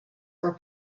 were